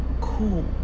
cool